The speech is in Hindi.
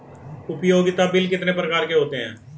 उपयोगिता बिल कितने प्रकार के होते हैं?